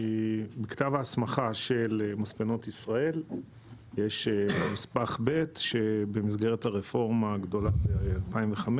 בכתב ההסמכה של מספנות ישראל יש נספח ב' שבמסגרת הרפורמה הגדולה ב-2005